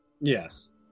Yes